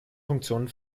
funktion